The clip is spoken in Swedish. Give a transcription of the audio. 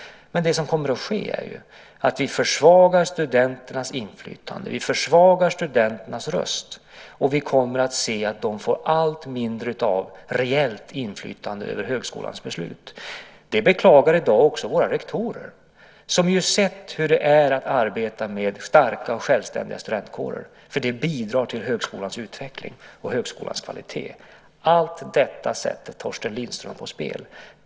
Det som kommer att ske är ju att vi försvagar studenternas inflytande och vi försvagar studenternas röst. Vi kommer att se att de får allt mindre av reellt inflytande över högskolans beslut. Det beklagar i dag också våra rektorer, som ju sett hur det är att arbeta med starka och självständiga studentkårer, för det bidrar till högskolans utveckling och kvalitet. Allt detta sätter Torsten Lindström på spel.